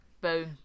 Boom